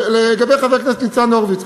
לגבי חבר כנסת ניצן הורוביץ,